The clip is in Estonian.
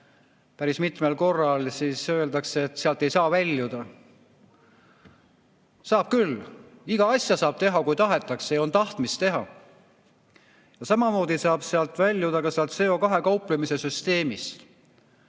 päris mitmel korral on öeldud, et sealt ei saa väljuda. Saab küll, iga asja saab teha, kui tahetakse ja on tahtmist teha. Samamoodi saab väljuda CO2-ga kauplemise süsteemist,